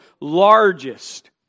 largest